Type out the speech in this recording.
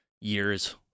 years